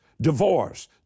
divorce